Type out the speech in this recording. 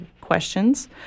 questions